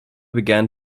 began